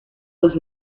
was